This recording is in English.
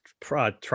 try